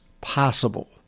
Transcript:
possible